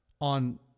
on